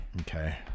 Okay